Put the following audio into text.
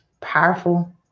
powerful